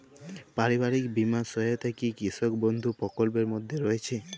পারিবারিক বীমা সহায়তা কি কৃষক বন্ধু প্রকল্পের মধ্যে রয়েছে?